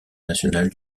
national